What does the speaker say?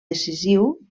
decisiu